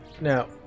Now